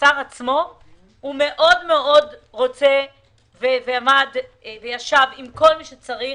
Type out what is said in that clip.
שהשר עצמו מאוד רוצה וישב עם כל מי שצריך.